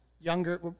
younger